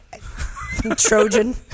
Trojan